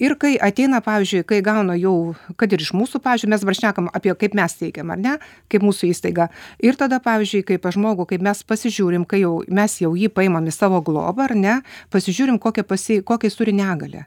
ir kai ateina pavyzdžiui kai gauna jau kad ir iš mūsų pavyzdžiui mes dabar šnekam apie kaip mes teikiam ar ne kaip mūsų įstaiga ir tada pavyzdžiui kai pas žmogų kaip mes pasižiūrim kai jau mes jau jį paimam į savo globą ar ne pasižiūrim kokia pas jį kokią jis turi negalią